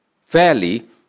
fairly